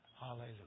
Hallelujah